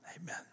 Amen